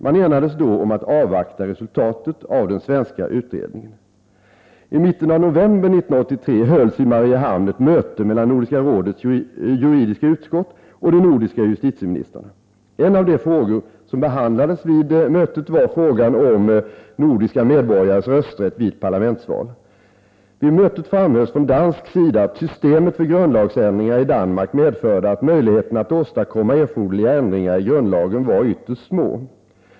Man enades då om att avvakta resultatet av den svenska utredningen. I mitten av november 1983 hölls i Mariehamn ett möte mellan Nordiska rådets juridiska utskott och de nordiska justitieministrarna. En av de frågor som behandlades vid mötet var frågan om nordiska medborgares rösträtt vid parlamentsval. Vid mötet framhölls från dansk sida att systemet för grundlagsändringar i Danmark medförde att möjligheterna att åstadkomma erforderliga ändringar i grundlagen var ytterst små.